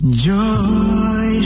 Joy